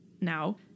now